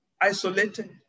isolated